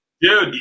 dude